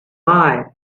bye